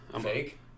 Fake